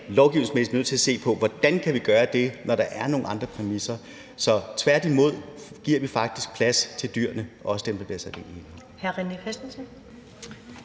lovgivningsmæssigt er nødt til at se på, hvordan vi kan gøre det, når der er nogle andre præmisser. Så tværtimod, vi giver faktisk plads til dyrene, også dem, der bliver sat ud i